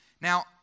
Now